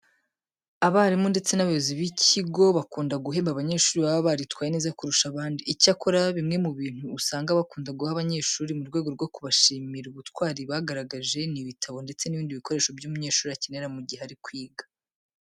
Abarimu ndetse n'abayobozi b'ikigo bakunda guhemba abanyeshuri baba baritwaye neza kurusha abandi. Icyakora bimwe mu bintu usanga bakunda guha aba banyeshuri mu rwego rwo kubashimira ubutwari bagaragaje, ni ibitabo ndetse n'ibindi bikoresho umunyeshuri akenera mu gihe ari kwiga.